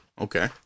Okay